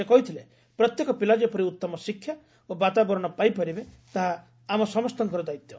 ସେ କହିଥିଲେ ପ୍ରତ୍ୟେକ ପିଲା ଯେପରି ଉତ୍ତମ ଶିକ୍ଷା ଓ ବାତାବରଣ ପାଇପାରିବେ ତାହା ଆମ ସମସ୍ତଙ୍କର ଦାୟିତ୍ୱ